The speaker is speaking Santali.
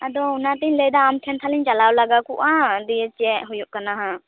ᱟᱫᱚ ᱚᱱᱟᱛᱮᱧ ᱞᱟᱹᱭᱮᱫᱟ ᱟᱢᱴᱷᱮᱱ ᱠᱷᱚᱱᱤᱧ ᱪᱟᱞᱟᱣ ᱞᱟᱜᱟᱣ ᱠᱚᱜᱼᱟ ᱫᱤᱭᱮ ᱪᱮᱫ ᱦᱩᱭᱩᱜ ᱠᱟᱱᱟ ᱦᱟᱸᱜ